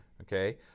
Okay